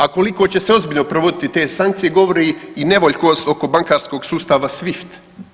A koliko će se ozbiljno provoditi te sankcije govori i nevoljkost oko bankarskog sustava SWIFT.